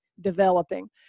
developing